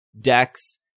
decks